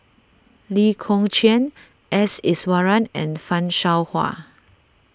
Lee Kong Chian S Iswaran and Fan Shao Hua